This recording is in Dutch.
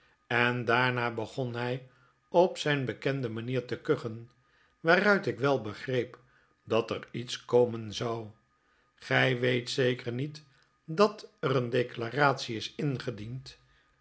en daarna begon hij op zijn bekende manier te kuchen waaruit ik wel begreep dat er lets komen zou gij weet zeker niet dat er een declaratie is ingediend